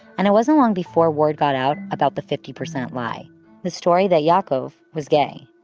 and it wasn't long before word got out about the fifty percent lie the story that yaakov was gay.